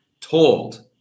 told